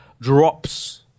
drops